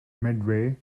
midway